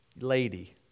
lady